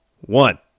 one